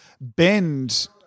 bend